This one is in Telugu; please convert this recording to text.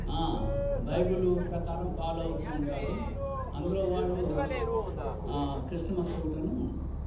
బైబిలు ప్రకారం ఫాలో అవుతూ ఉంటారు అందులో వాళ్ళు క్రిస్టమస్ ఒకటీనూ